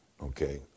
okay